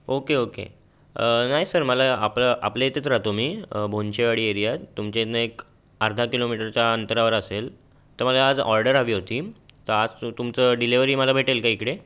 okay okay नाय sir मला आपलं आपल्याइथेच राहतो मी बोनशेवाडी एरियात तुमच्यानं एक अर्धा किलोमीटरच्या अंतरावर असेल तर मला आज ऑर्डर हवी होती तर आज तुमचं डिलेवरी मला भेटेल का इकडे